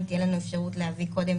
אם תהיה לנו אפשרות להביא קודם,